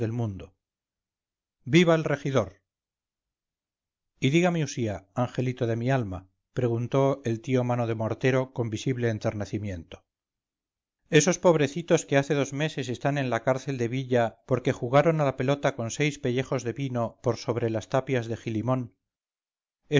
mundo viva el regidor y dígame usía angelito de mi alma preguntó el tío mano de mortero con visible enternecimiento esos probrecitos que hace dos meses están en la cárcel de villa porque jugaron a la pelota con seis pellejos de vino por sobre las tapias de gilimón